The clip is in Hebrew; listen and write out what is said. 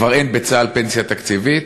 כבר אין בצה"ל פנסיה תקציבית,